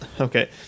okay